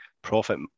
profit